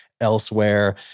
elsewhere